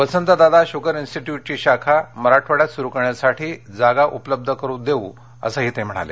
Vasantdada sugar इन्स् शाखा मराठवाड्यात सुरू करण्यासाठी जागा उपलब्ध देऊ असंही ते म्हणाले